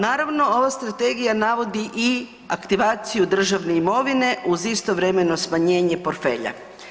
Naravno, ova Strategija navodi i aktivaciju državne imovine uz istovremeno smanjenje portfelja.